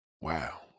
Wow